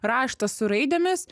raštas su raidėmis